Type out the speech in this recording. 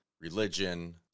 religion